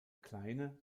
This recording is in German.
kleine